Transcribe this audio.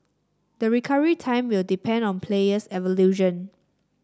the recovery time will depend on player's evolution